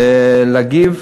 להגיב,